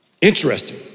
Interesting